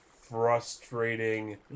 frustrating